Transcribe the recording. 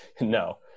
no